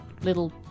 little